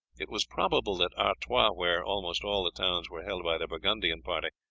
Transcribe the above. it was probable that artois, where almost all the towns were held by the burgundian party,